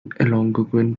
algonquin